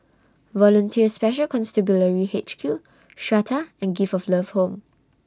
Volunteer Special Constabulary H Q Strata and Gift of Love Home